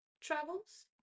travels